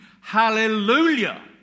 hallelujah